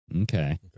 Okay